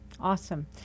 Awesome